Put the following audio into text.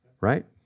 right